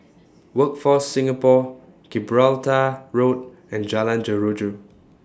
Workforce Singapore Gibraltar Road and Jalan Jeruju